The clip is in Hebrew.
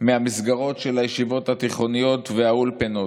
מהמסגרות של הישיבות התיכוניות והאולפנות,